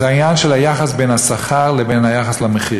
זה העניין של היחס בין השכר לבין המחירים.